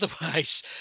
otherwise